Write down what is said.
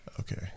Okay